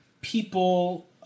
people